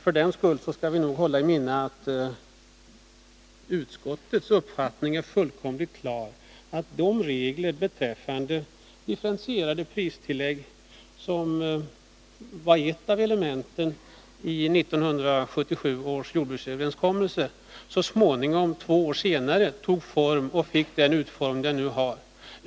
För den skull skall vi nog hålla i minnet att utskottets uppfattning är fullkomligt klar. De regler beträffande differentierade pristillägg som var ett av elementen i 1977 års jordbruksöverenskommelse tog form och fick så småningom, två år senare, den utformning de nu har.